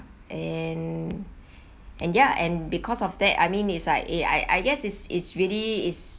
and and ya and because of that I mean it's like eh I I guess it's it's really is